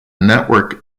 network